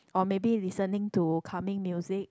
or maybe listening to calming music